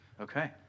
okay